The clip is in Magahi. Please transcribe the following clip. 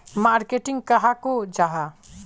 मार्केटिंग कहाक को जाहा?